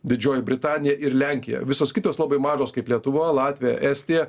didžioji britanija ir lenkija visos kitos labai mažos kaip lietuva latvija estija